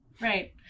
Right